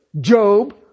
Job